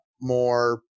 more